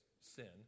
sin